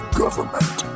government